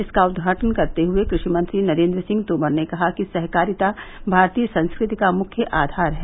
इसका उद्घाटन करते हुए क्रषि मंत्री नरेन्द्र सिंह तोमर ने कहा कि सहकारिता भारतीय संस्कृति का मुख्य आधार है